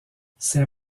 ses